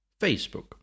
Facebook